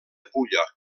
pulla